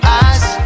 eyes